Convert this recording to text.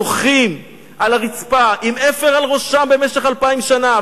בוכים על הרצפה עם אפר על ראשם במשך אלפיים שנה.